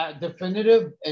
definitive